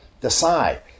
decide